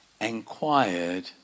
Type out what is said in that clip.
inquired